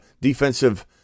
defensive